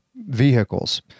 vehicles